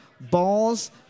Balls